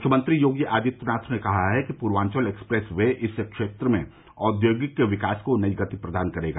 मुख्यमंत्री योगी आदित्यनाथ ने कहा है कि पूर्वांचल एक्सप्रेस वे इस क्षेत्र में औद्योगिक विकास को नई गति प्रदान करेगा